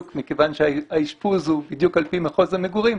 מכיוון שהאשפוז הוא בדיוק על פי מחוז המגורים,